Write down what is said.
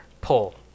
pull